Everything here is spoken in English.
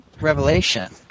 Revelation